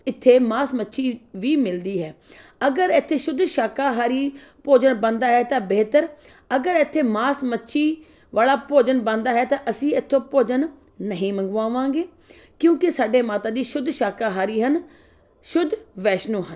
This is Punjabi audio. ਇੱਥੇ ਮਾਸ ਮੱਛੀ ਵੀ ਮਿਲਦੀ ਹੈ ਅਗਰ ਇੱਥੇ ਸ਼ੁੱਧ ਸ਼ਾਕਾਹਾਰੀ ਭੋਜਨ ਬਣਦਾ ਹੈ ਤਾਂ ਬਿਹਤਰ ਅਗਰ ਇੱਥੇ ਮਾਸ ਮੱਛੀ ਵਾਲਾ ਭੋਜਨ ਬਣਦਾ ਹੈ ਤਾਂ ਅਸੀਂ ਇੱਥੋਂ ਭੋਜਨ ਨਹੀਂ ਮੰਗਵਾਵਾਂਗੇ ਕਿਉਂਕਿ ਸਾਡੇ ਮਾਤਾ ਜੀ ਸ਼ੁੱਧ ਸ਼ਾਕਾਹਾਰੀ ਹਨ ਸ਼ੁੱਧ ਵੈਸ਼ਨੂੰ ਹਨ